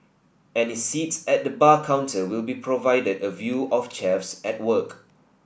any seats at the bar counter will be provided a view of chefs at work